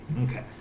Okay